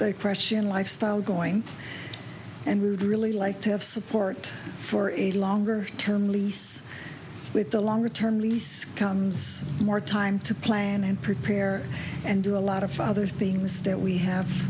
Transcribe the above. the pressure on lifestyle going and we would really like to have support for a longer term lease with a longer term lease more time to plan and prepare and do a lot of father things that we have